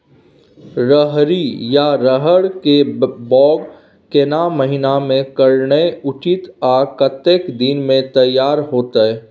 रहरि या रहर के बौग केना महीना में करनाई उचित आ कतेक दिन में तैयार होतय?